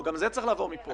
לא, גם זה צריך לעבור מפה.